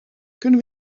kunnen